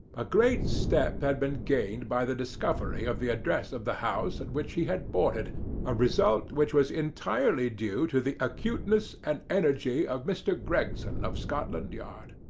a great step had been gained by the discovery of the address of the house at which he had boarded a result which was entirely due to the acuteness and energy of mr. gregson of scotland yard.